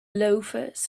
loafers